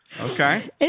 Okay